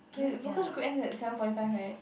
but your focus group ends at seven forty five right